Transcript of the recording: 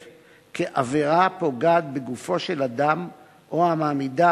"עבירה הפוגעת בגופו של אדם או המעמידה